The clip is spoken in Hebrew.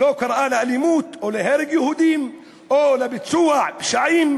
לא קראה לאלימות או להרג יהודים או לביצוע פשעים,